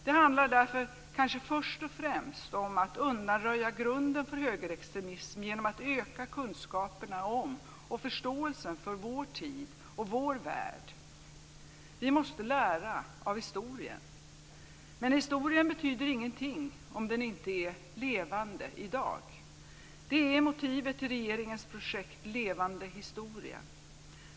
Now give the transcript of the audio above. Det handlar därför kanske först och främst om att undanröja grunden för högerextremism genom att öka kunskaperna om och förståelsen för vår tid och vår värld. Vi måste lära av historien, men historien betyder ingenting om den inte är levande i dag. Det är motivet till regeringens projekt Levande historia.